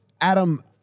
Adam